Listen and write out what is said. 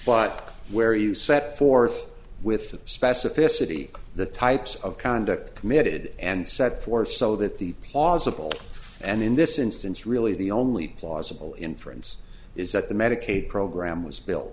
but where you set forth with specificity the types of conduct committed and set for so that the plausible and in this instance really the only plausible inference is that the medicaid program was built